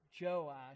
Joash